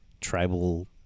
tribal